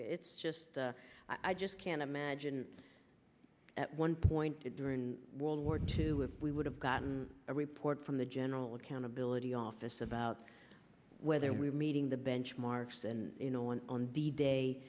it's just i just can't imagine at one point during world war two we would have gotten a report from the general accountability office about whether we were meeting the benchmarks and on the day